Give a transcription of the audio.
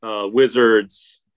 Wizards